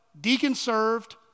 deacon-served